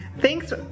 Thanks